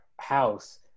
house